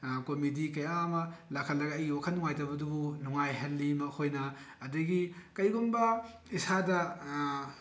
comedy ꯀꯌꯥ ꯑꯃ ꯂꯥꯛꯍꯜꯂꯒ ꯑꯩꯒꯤ ꯋꯥꯈꯜ ꯅꯨꯡꯉꯥꯏꯇꯕꯗꯨꯕꯨ ꯅꯨꯡꯉꯥꯏꯍꯜꯂꯤ ꯃꯈꯣꯏꯅ ꯑꯗꯒꯤ ꯀꯔꯤꯒꯨꯝꯕ ꯏꯁꯥꯗ